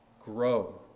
grow